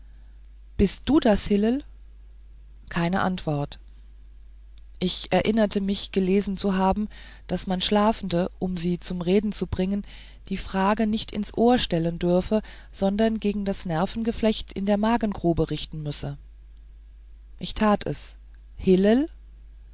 bist du es hillel keine antwort ich erinnerte mich gelesen zu haben daß man schlafenden um sie zum reden zu bringen die fragen nicht ins ohr stellen dürfe sondern gegen das nervengeflecht in der magengrube richten müsse ich tat es